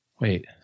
Wait